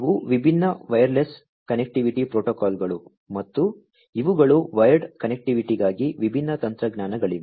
ಇವು ವಿಭಿನ್ನ wireless connectivity ಪ್ರೋಟೋಕಾಲ್ಗಳು ಮತ್ತು ಇವುಗಳು ವೈರ್ಡ್ ಕನೆಕ್ಟಿವಿಟಿಗಾಗಿ ವಿಭಿನ್ನ ತಂತ್ರಜ್ಞಾನಗಳಾಗಿವೆ